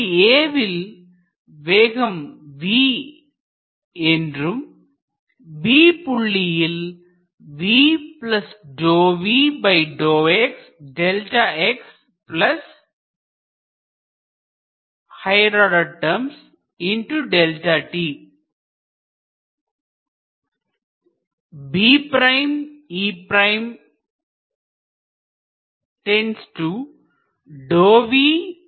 புள்ளி A வில் வேகம் v என்றும் B புள்ளியில் So when you are taking the limit as Δ t 0 this higher order terms are tending to 0